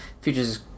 features